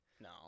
No